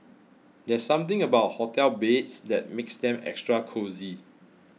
there's something about hotel beds that makes them extra cosy